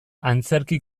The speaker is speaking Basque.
antzerki